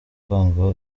kwanga